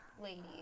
lady